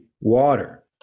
water